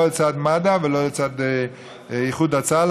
לא לצד מד"א ולא לצד איחוד הצלה,